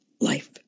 life